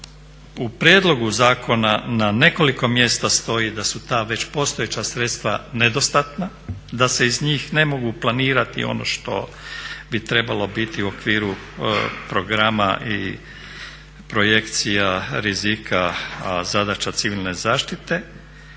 u prijedlogu zakona na nekoliko mjesta stoji da su ta već postojeća sredstva nedostatna, da se iz njih ne mogu planirati ono što bi trebalo biti u okviru programa i projekcija rizika zadaća civilne zaštite